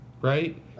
Right